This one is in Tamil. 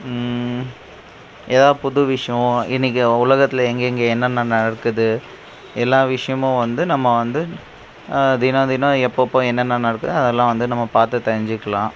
எதாவது புது விஷயம் இன்னைக்கு உலகத்தில் எங்கெங்கே என்னென்ன நடக்குது எல்லா விஷயமும் வந்து நம்ம வந்து தினம் தினம் எப்பெப்போ என்னென்ன நடக்குதோ அதெல்லாம் வந்து நம்ம பார்த்து தெரிஞ்சிக்கலாம்